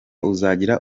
uzagira